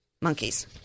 Monkeys